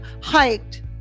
hiked